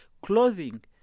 clothing